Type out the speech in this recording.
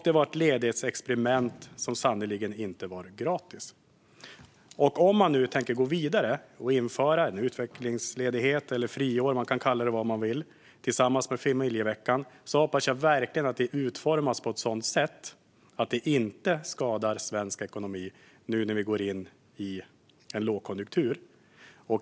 Det var ett ledighetsexperiment som sannerligen inte var gratis. Om man nu, tillsammans med familjeveckan, tänker gå vidare och införa en utvecklingsledighet eller ett friår - man kan kalla det vad man vill - hoppas jag verkligen att det utformas på ett sådant sätt att det inte skadar svensk ekonomi när vi nu går in i en lågkonjunktur.